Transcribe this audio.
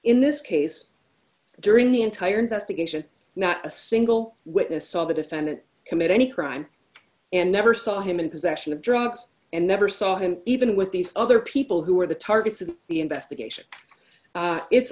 in this case during the entire investigation not a single witness saw the defendant commit any crime and never saw him in possession of drugs and never saw him even with these other people who were the targets of the investigation it's